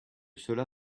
cela